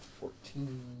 Fourteen